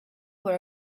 were